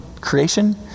creation